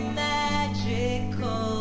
magical